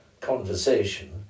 conversation